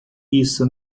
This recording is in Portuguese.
isso